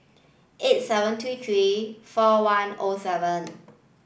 eight seven two three four one O seven